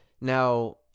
now